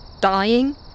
dying